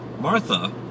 Martha